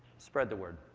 spread the word.